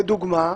לדוגמה,